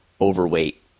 overweight